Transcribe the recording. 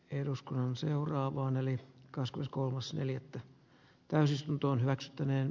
eduskunnan seuraavaa neljä cascos kolmas neljättä täysistunto hyväksyttäneen